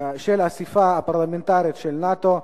של האספה הפרלמנטרית של נאט"ו,